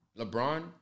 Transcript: LeBron